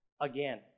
again